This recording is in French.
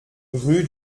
rue